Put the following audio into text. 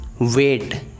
wait